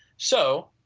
so,